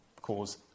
cause